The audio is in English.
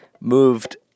moved